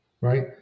right